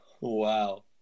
Wow